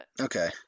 Okay